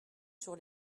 sur